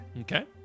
Okay